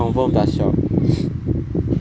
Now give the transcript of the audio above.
confirm plus chop